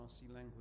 language